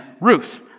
Ruth